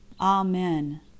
Amen